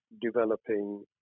developing